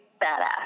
badass